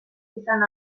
izan